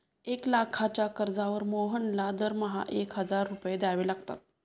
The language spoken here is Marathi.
एक लाखाच्या कर्जावर मोहनला दरमहा एक हजार रुपये द्यावे लागतात